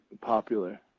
popular